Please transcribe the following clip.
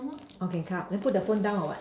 okay come out put the phone down or what